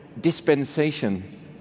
dispensation